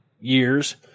years